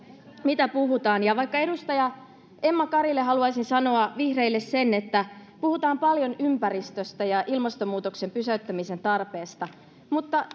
mitä puhutaan ja edustaja emma karille vihreille haluaisin sanoa sen että puhutaan paljon ympäristöstä ja ilmastonmuutoksen pysäyttämisen tarpeesta mutta